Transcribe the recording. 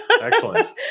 Excellent